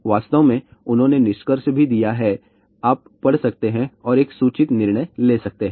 वास्तव में उन्होंने निष्कर्ष भी दिया है आप पढ़ सकते हैं और एक सूचित निर्णय ले सकते हैं